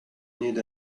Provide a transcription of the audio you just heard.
need